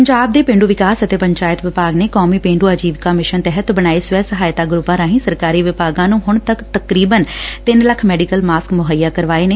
ਪੰਜਾਬ ਦੇ ਪੇਂਡ ਵਿਕਾਸ ਅਤੇ ਪੰਚਾਇਤ ਵਿਭਾਗ ਨੇ ਕੌਮੀ ਪੇਂਡ ਆਜੀਵਕਾ ਮਿਸ਼ਨ ਤਹਿਤ ਬਣਾਏ ਸਵੈ ਸਹਾਇਤਾ ਗਰੁੱਪਾਂ ਰਾਹੀ ਸਰਕਾਰੀ ਵਿਭਾਗਾਂ ਨੂੰ ਹੁਣ ਤੱਕ ਤਕਰੀਬਨ ਤਿੰਨ ਲੱਖ ਮੈਡੀਕਲ ਮਾਸਕ ਮੁਹੱਈਆ ਕਰਵਾਏ ਨੇ